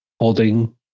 holding